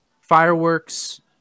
Fireworks